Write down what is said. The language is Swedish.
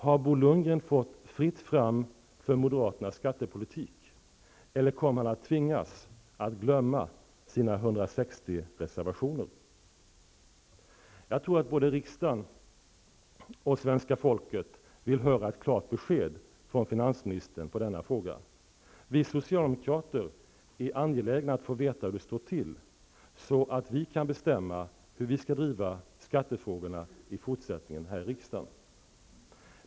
Har Bo Lundgren fått fritt fram för moderaternas skattepolitik, eller kommer han tvingas att glömma sina 160 Jag tror att både riksdagen och svenska folket vill höra ett klart besked från finansministern i denna fråga. Vi socialdemokrater är angelägna att få veta hur det står till, så att vi kan bestämma hur skall vi skall driva skattefrågorna i fortsättningen här i riksdagen.